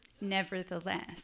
Nevertheless